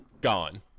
gone